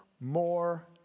more